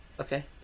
Okay